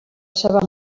seva